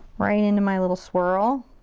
right into my little swirl.